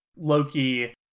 Loki